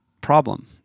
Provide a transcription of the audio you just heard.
problem